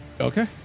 Okay